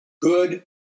good